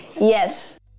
yes